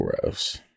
Gross